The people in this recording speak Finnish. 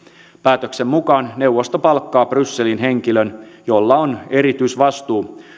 päätöksen mukaan neuvosto palkkaa brysseliin henkilön jolla on erityisvastuu